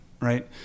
right